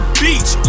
beach